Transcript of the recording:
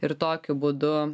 ir tokiu būdu